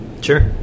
Sure